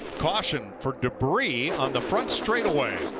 caution, for debris on the front straight away,